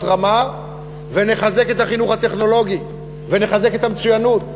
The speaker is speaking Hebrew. רמה ונחזק את החינוך הטכנולוגי ונחזק את המצוינות,